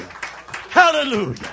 Hallelujah